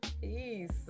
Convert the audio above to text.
Peace